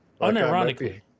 unironically